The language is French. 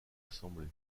assemblée